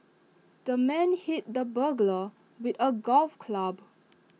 the man hit the burglar with A golf club